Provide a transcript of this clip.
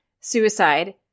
suicide